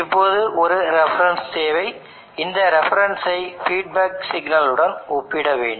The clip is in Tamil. இப்போது ஒரு ரெஃபரன்ஸ் தேவை இந்த ரெஃபரன்சை ஃபீட்பேக் சிக்னல் உடன் ஒப்பிட வேண்டும்